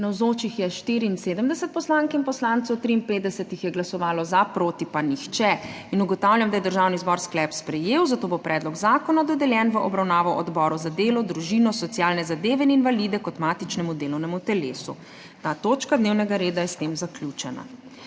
Navzočih je 74 poslank in poslancev, 53 jih je glasovalo za, proti pa nihče. (Za je glasovalo 53.) (Proti nihče.) Ugotavljam, da je Državni zbor sklep sprejel, zato bo predlog zakona dodeljen v obravnavo Odboru za delo, družino, socialne zadeve in invalide kot matičnemu delovnemu telesu. Ta točka dnevnega reda je s tem zaključena.